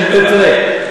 תראה,